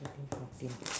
thirteen fourteen